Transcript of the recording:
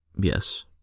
yes